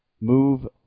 move